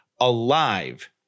alive